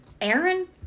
Aaron